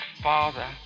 father